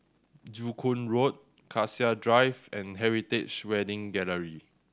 Joo Koon Road Cassia Drive and Heritage Wedding Gallery